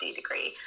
degree